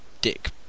dick